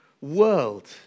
world